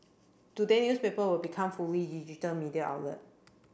today newspaper will become fully digital media outlet